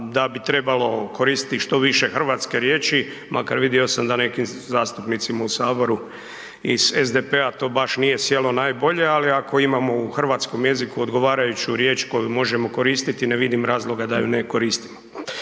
da bi trebalo koristiti što više hrvatske riječi, makar vidio sam da nekim zastupnicima u saboru iz SDP-a to baš nije sjelo najbolje, ali ako imao u hrvatskom jeziku odgovarajuću riječ koju možemo koristiti ne vidim razloga da ju ne koristimo.